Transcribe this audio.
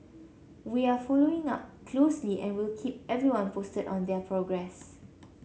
we are following up closely and will keep everyone posted on their progress